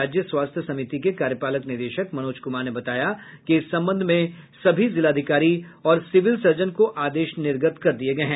राज्य स्वास्थ्य समिति के कार्यपालक निदेशक मनोज कुमार ने बताया कि इस संबंध में सभी जिलाधिकारी और सिविल सर्जन को आदेश निर्गत कर दिये गये हैं